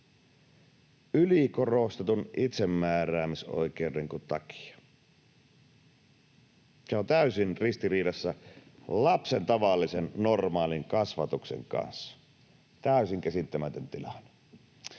Ylikorostetun itsemääräämisoikeuden takiako? Se on täysin ristiriidassa lapsen tavallisen, normaalin kasvatuksen kanssa. Täysin käsittämätön tilanne.